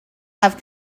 have